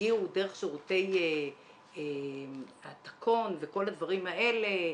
הגיעו דרך שירותי התקו"ן וכל הדברים האלה,